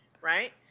right